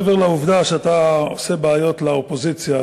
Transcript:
מעבר לעובדה שאתה עושה בעיות לאופוזיציה,